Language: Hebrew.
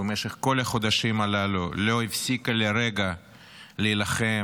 במשך כל החודשים הללו לא הפסיקה לרגע להילחם,